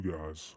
Guys